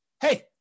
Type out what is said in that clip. hey